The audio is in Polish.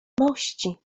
mości